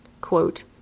Quote